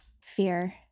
fear